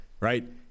right